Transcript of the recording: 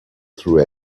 through